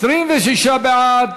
ההצעה להעביר